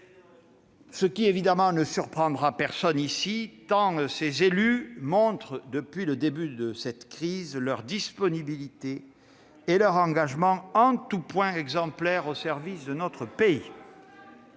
Celles-ci ne surprendront personne, tant ces élus montrent depuis le début de cette crise leur disponibilité et leur engagement, en tous points exemplaires, au service de notre pays.